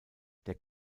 der